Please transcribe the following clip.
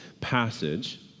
passage